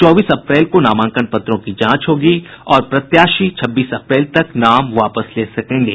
चौबीस अप्रैल को नामांकन पत्रों की जांच होगी और प्रत्याशी छब्बीस अप्रैल तक नाम वापस ले सकेंगे